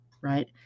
right